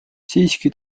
siiski